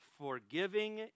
forgiving